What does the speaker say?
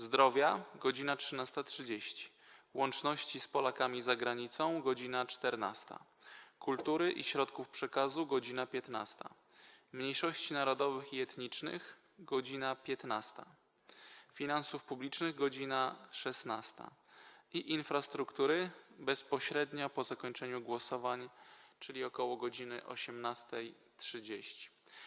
Zdrowia - godz. 13.30, - Łączności z Polakami za Granicą - godz. 14, - Kultury i Środków Przekazu - godz. 15, - Mniejszości Narodowych i Etnicznych - godz. 15, - Finansów Publicznych - godz. 16, - Infrastruktury - bezpośrednio po zakończeniu głosowań, czyli ok. godz. 18.30.